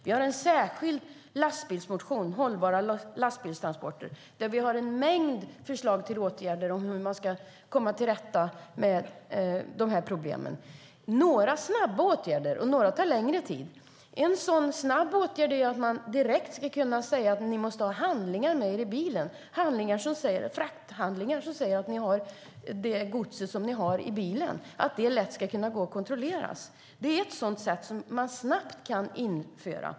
Vi har en särskild lastbilsmotion, Hållbara lastbilstransporter , där vi har en mängd förslag till åtgärder för att komma till rätta med dessa problem. Några åtgärder är snabba; andra tar längre tid. En snabb åtgärd är att vi direkt kan säga att man måste ha frakthandlingar med i bilen som visar att man har det gods man påstår i bilen. Det ska gå lätt att kontrollera. Det är något vi snabbt kan införa.